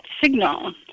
signal